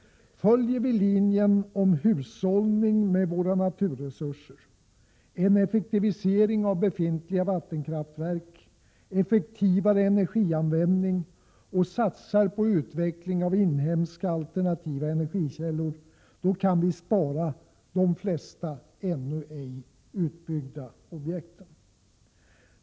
Följer vi linjen om hushållning med våra naturresurser, en effektivisering av befintliga vattenkraftverk, effektivare energianvändning och satsar på utveckling av inhemska alternativa energikällor, kan vi spara de flesta ännu ej utbyggda objekten.